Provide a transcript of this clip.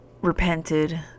repented